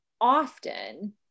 often